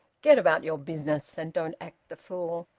get about your business and don't act the fool!